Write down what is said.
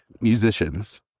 musicians